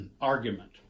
argument